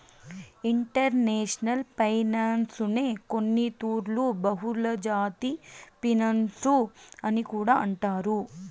international ఫైనాన్సునే కొన్నితూర్లు బహుళజాతి ఫినన్సు అని కూడా అంటారు